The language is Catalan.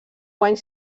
guany